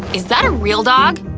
is that a real dog?